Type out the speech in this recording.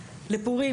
לפורים,